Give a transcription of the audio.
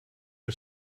are